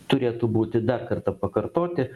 turėtų būti dar kartą pakartoti